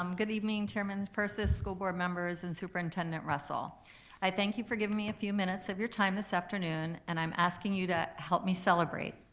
um good evening chairman purses, school board members, and superintendent russell. i thank you for giving me a few minutes of your time this afternoon and i'm asking you to help me celebrate.